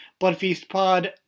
bloodfeastpod